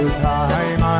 time